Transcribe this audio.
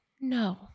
No